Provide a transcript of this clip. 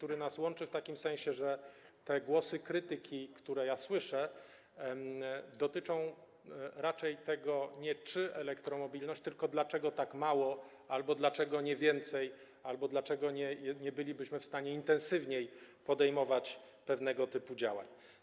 Łączy nas w takim sensie, że te głosy krytyki, które słyszę, dotyczą raczej nie tego, czy elektromobilność, tylko tego, dlaczego tak mało albo dlaczego nie więcej, albo dlaczego nie bylibyśmy w stanie intensywniej podejmować pewnego typu działań.